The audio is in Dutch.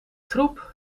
troep